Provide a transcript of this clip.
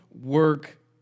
work